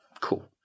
Cool